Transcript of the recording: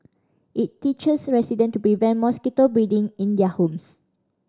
it teaches resident to prevent mosquito breeding in their homes